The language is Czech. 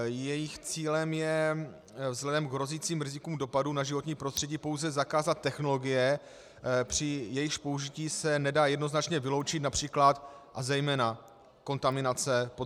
Jejich cílem je vzhledem k hrozícím rizikům dopadů na životní prostředí pouze zakázat technologie, při jejichž použití se nedá jednoznačně vyloučit například a zejména kontaminace podzemních vod.